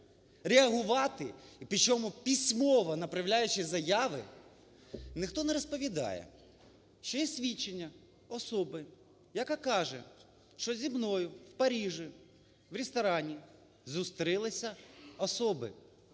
реагувати і причому письмово, направляючи заяви, ніхто не розповідає, що є свідчення особи, яка каже, що зі мною в Парижі в ресторані зустрілися особи,